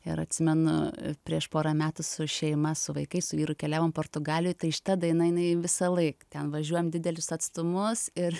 ir atsimenu prieš porą metų su šeima su vaikais su vyru keliavom portugalijoj tai šita daina jinai visą laik ten važiuojam didelius atstumus ir